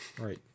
Right